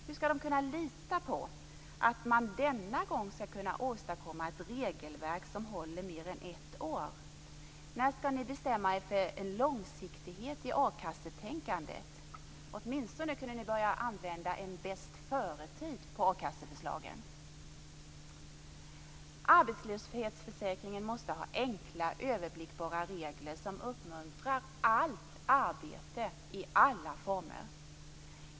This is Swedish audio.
Hur skall de kunna lita på att man denna gång kan åstadkomma ett regelverk som håller mer än ett år? När skall ni bestämma er för långsiktighet i a-kassetänkandet? Ni kunde åtminstone börja använda en bäst före-märkning på akasseförslagen. Arbetslöshetsförsäkringen måste ha enkla, överblickbara regler som uppmuntrar allt arbete i alla former.